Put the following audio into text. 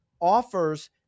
offers